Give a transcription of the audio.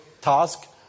task